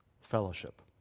fellowship